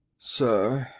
sir,